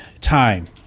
time